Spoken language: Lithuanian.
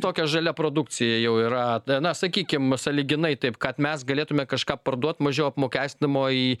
tokia žalia produkcija jau yra na sakykim sąlyginai taip kad mes galėtume kažką parduoti mažiau apmokestinamo į